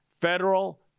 federal